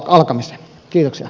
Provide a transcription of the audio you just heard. herra puhemies